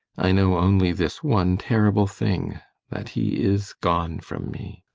i know only this one terrible thing that he is gone from me.